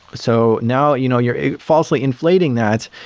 so now you know you're falsely inflating that,